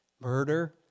Murder